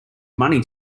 money